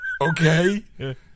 Okay